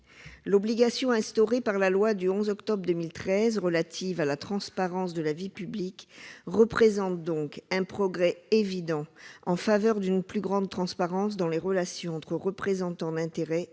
L'obligation instaurée par la loi du 11 octobre 2013 relative à la transparence de la vie publique représente donc un progrès évident vers une plus grande transparence dans les relations entre représentants d'intérêts et